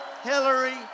Hillary